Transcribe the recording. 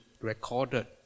recorded